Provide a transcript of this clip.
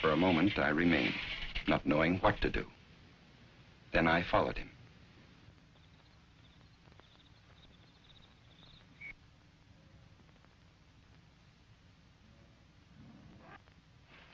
for a moment i remained not knowing what to do then i followed him